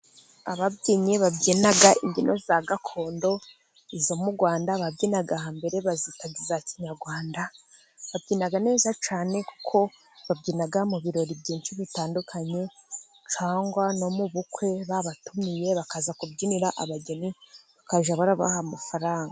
Ababyinnyi babyina imbyino ya gakondo, izo murwanda babyinaga ha mbere bazita iza kinyarwanda, babyina neza cyane, kuko babyinaga mu birori byinshi bitandukanye, cyangwa no mu bukwe babatumiye bakaza kubyinira abageni, bakajya barabaha amafaranga.